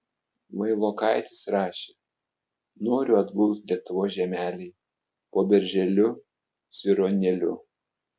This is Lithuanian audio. vailokaitis rašė noriu atgult lietuvos žemelėj po berželiu svyruonėliu